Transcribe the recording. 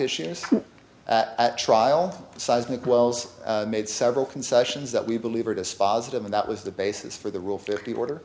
issues at trial seismic wells made several concessions that we believe are dispositive and that was the basis for the rule fifty order